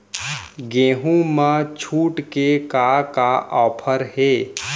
गेहूँ मा छूट के का का ऑफ़र हे?